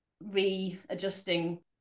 re-adjusting